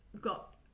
got